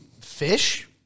fish